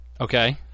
Okay